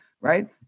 right